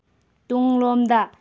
ꯇꯨꯡꯂꯣꯝꯗ